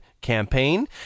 campaign